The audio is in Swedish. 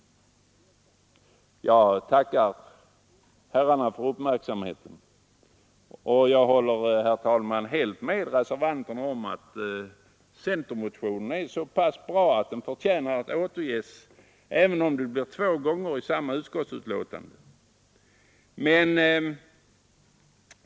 Jag tackar herrar Nordstrandh och Nyhage för uppmärksamheten, och jag håller, herr talman, helt med reservanterna om att centermotionen är så bra att den förtjänar att återges, även om det blir två gånger i samma utskottsbetänkande.